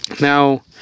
Now